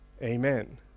Amen